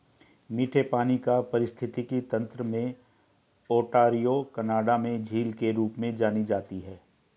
मीठे पानी का पारिस्थितिकी तंत्र में ओंटारियो कनाडा में झील के रूप में जानी जाती है